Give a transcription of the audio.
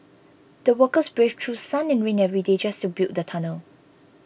the workers braved through sun and rain every day just to build the tunnel